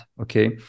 Okay